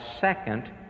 second